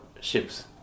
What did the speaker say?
ships